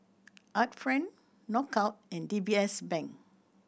Art Friend Knockout and D B S Bank